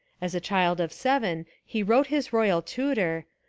as a child of seven he wrote his royal tutor,